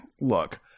look